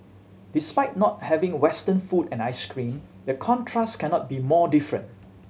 despite not having Western food and ice cream the contrast cannot be more different